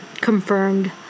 confirmed